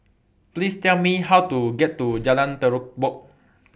Please Tell Me How to get to Jalan Terubok